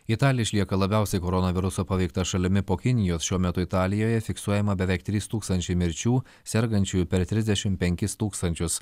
italija išlieka labiausiai koronaviruso paveikta šalimi po kinijos šiuo metu italijoje fiksuojama beveik trys tūkstančiai mirčių sergančiųjų per trisdešim penkis tūkstančius